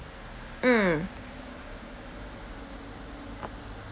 mm